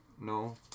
No